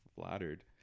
flattered